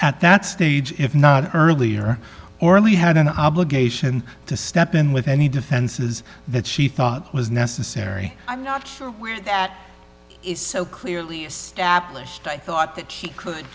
at that stage if not earlier or early had an obligation to step in with any defenses that she thought was necessary i'm not sure where that is so clearly established i thought that she could